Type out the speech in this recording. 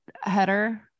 header